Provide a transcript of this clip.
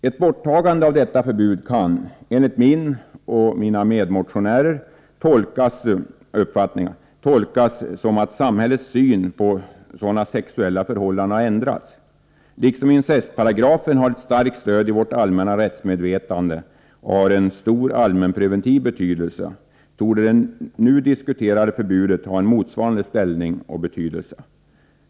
Ett borttagande av detta förbud kan, enligt min och mina medmotionärers uppfattning, tolkas som att samhällets syn på sådana sexuella förhållanden ändrats. Liksom incestparagrafen har ett starkt stöd i vårt allmänna rättsmedvetande och en stor allmänpreventiv betydelse, torde det nu diskuterade förbudet ha en motsvarande ställning och betydelse.